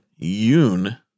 Yoon